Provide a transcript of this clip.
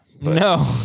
No